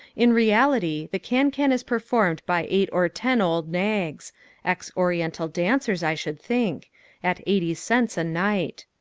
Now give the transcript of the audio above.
in reality the can-can is performed by eight or ten old nags ex-oriental dancers, i should think at eighty cents a night.